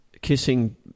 Kissing